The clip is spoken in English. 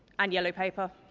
and yellow paper.